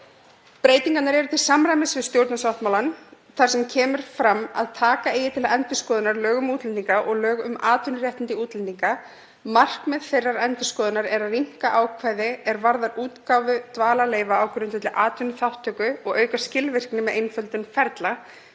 Breytingarnar eru til samræmis við stjórnarsáttmálann þar sem kemur fram að taka eigi til endurskoðunar lög um útlendinga og lög um atvinnuréttindi útlendinga. Markmið þeirrar endurskoðunar er að rýmka ákvæði er varða útgáfu dvalarleyfa á grundvelli atvinnuþátttöku og auka skilvirkni með einföldun ferla,